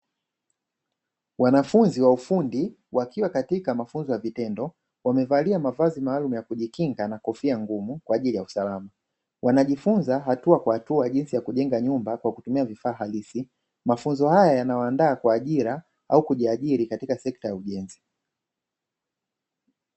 Wanafunzi wa ufundi wakiwa katika mafunzo ya vitendo, wamevalia mavazi maalumu ya kujikinga na kofia ngumu kwa ajili ya usalama, wanajifunza hatua kwa hatua jinsi ya kujenga nyumba kwa kutumia vifaa halisi, mafunzo haya yanawaandaa kwa ajira au kujiajiri katika sekta ya ujenzi.